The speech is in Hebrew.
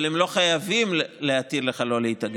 אבל הם לא חייבים להתיר לך לא להתאגד.